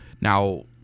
Now